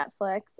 Netflix